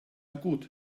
gut